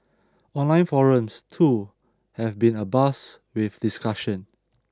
online forums too have been abuzz with discussion